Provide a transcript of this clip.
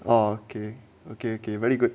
okay okay okay very good